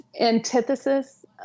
antithesis